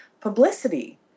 publicity